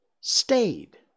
stayed